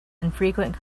infrequent